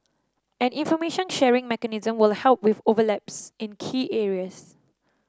an information sharing mechanism will help with overlaps in key areas